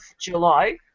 July